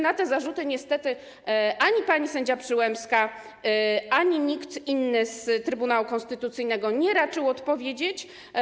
Na te zarzuty niestety ani pani sędzia Przyłębska, ani nikt inny z Trybunału Konstytucyjnego nie raczył odpowiedzieć.